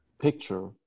picture